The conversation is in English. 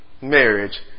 marriage